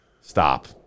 Stop